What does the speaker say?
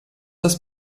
das